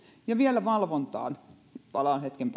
ja valvontaan palaan vielä hetken